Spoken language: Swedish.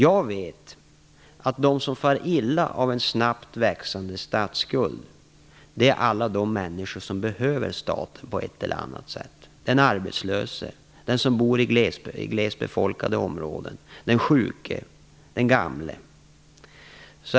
Jag vet att de som far illa av en snabbt växande statsskuld är alla de människor som behöver staten på ett eller annat sätt - den arbetslöse, den som bor i glesbefolkade områden, den sjuke, den gamle.